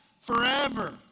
forever